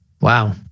Wow